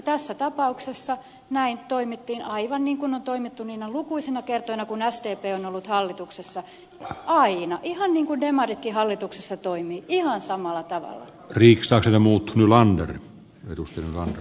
tässä tapauksessa näin toimittiin aivan niin kuin on toimittu aina niinä lukuisina kertoina kun sdp on ollut hallituksessa ihan niin kuin demaritkin hallituksessa toimivat ihan samalla että prix sarjan muut nylander tavalla